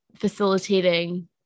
facilitating